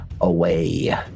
away